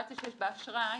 בסיטואציה שיש באשראי,